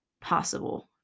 possible